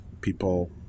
people